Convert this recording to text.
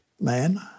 man